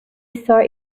sort